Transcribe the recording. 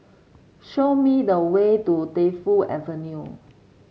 show me the way to Defu Avenue